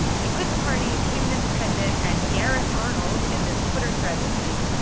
he quit the party, became an independent. and gareth arnold, in this twitter thread this week,